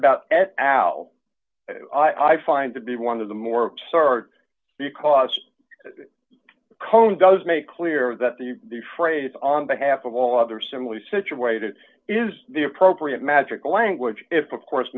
about et al i find to be one of the more absurd because code does make clear that the the phrase on behalf of all other similarly situated is the appropriate magical language if of course